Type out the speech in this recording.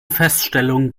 feststellung